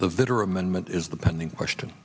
the vitter amendment is the pending question